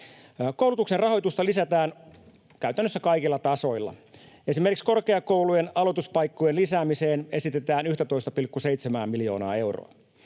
Koulutuksen rahoitusta lisätään käytännössä kaikilla tasoilla. Esimerkiksi korkeakoulujen aloituspaikkojen lisäämiseen esitetään 11,7:ää miljoonaa euroa.